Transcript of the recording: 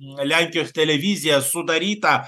lenkijos televizija sudaryta